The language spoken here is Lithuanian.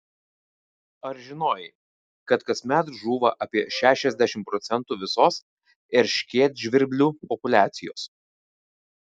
ar žinojai kad kasmet žūva apie šešiasdešimt procentų visos erškėtžvirblių populiacijos